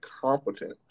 competent